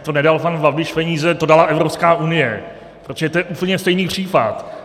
to nedal pan Babiš peníze, to dala Evropská unie, protože to je úplně stejný případ.